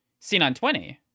C920